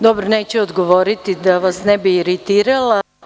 Dobro, neću odgovoriti da vas ne bi iritirala.